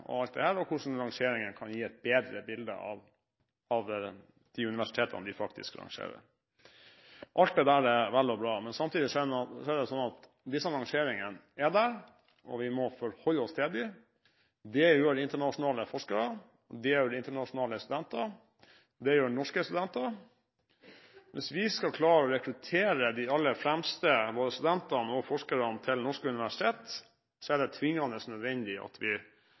og alt dette, og hvordan rangeringen kan gi et bedre bilde av de universitetene vi faktisk rangerer. Alt det er vel og bra, men samtidig er det sånn at disse rangeringene er der, og vi må forholde oss til dem. Det gjør internasjonale forskere, det gjør internasjonale studenter, og det gjør norske studenter. Hvis vi skal klare å rekruttere de aller fremste både studentene og forskerne til norske universitet, er det tvingende nødvendig at vi